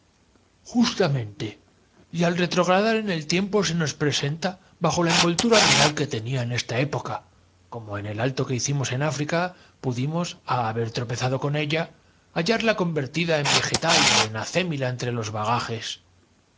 justamente y al retrogradar en el tiempo se nos metafísicos conceptos y ya el trayecto casi tocaba á su presenta bajo la envoltura real que tenia en esta fin sin que hubiese podido coordinar dos ideas afines época como en el alto que hicimos en áfrica pudimos cuando unos gritos desaforados que partían del ga á haber tropezado con ellahallarla convertida en binete de don sindulfo le sacaron de su abstracción vegetal ó en acémila entre los bagajes